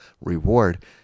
reward